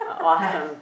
awesome